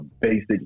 basic